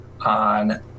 on